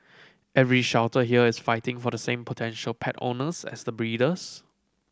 every shelter here is fighting for the same potential pet owners as the breeders